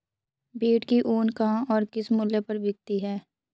भेड़ की ऊन कहाँ और किस मूल्य पर बिकती है?